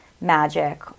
magic